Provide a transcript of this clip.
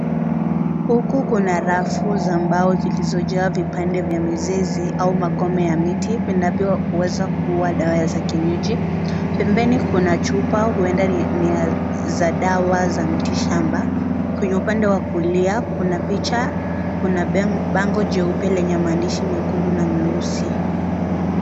Huku kuna rafu za mbao zilizo jaa vipande vya mizizi au magome ya miti. Unapewa uweza kuwa dawa za kienyeji. Pembeni kuna chupa huenda ni ya dawa za miti shamba. Kwenye upande wa kulia kuna picha, kuna bango jeupe lenye maandishi mekundu na meusi.